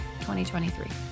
2023